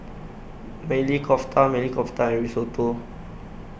Maili Kofta Maili Kofta and Risotto